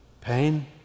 pain